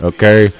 Okay